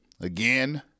again